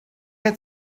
had